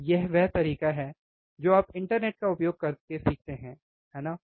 और यह वह तरीका है जो आप इंटरनेट का उपयोग करके सीखते हैं है ना